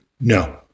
No